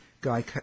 guy